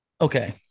Okay